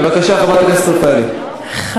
חברת הכנסת רפאלי, בבקשה.